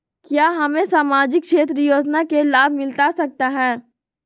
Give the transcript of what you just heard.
क्या हमें सामाजिक क्षेत्र योजना के लाभ मिलता सकता है?